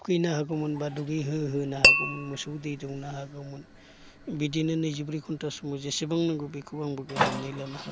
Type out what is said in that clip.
थुखैनो हागौमोन बा दुगैहोहोनो हागौमोन मोसौ दै दौनो हागौमोन बिदिनो नैजिब्रै घन्टा समाव जेसेबां नांगौ बेखौ आंबो गोजोननाय लानो हागौमोन